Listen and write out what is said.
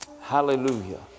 Hallelujah